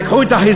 / לקחו החסכונות,